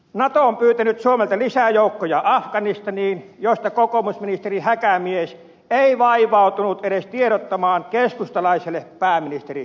nato on pyytänyt suomelta lisää joukkoja afganistaniin josta kokoomusministeri häkämies ei vaivautunut edes tiedottamaan keskustalaiselle pääministeri vanhaselle